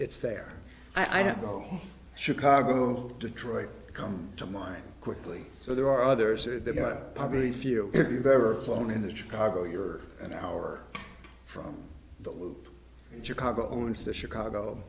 there i don't know chicago detroit comes to mind quickly so there are others that probably few if you've ever flown into chicago you're an hour from the loop in chicago owns the chicago